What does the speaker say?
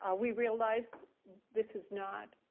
ah we realized this is not